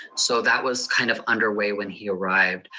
so that was kind of underway when he arrived.